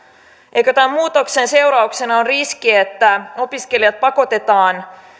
eikö tämän muutoksen seurauksena ole riski että opiskelijat pakotetaan